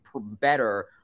better